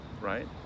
right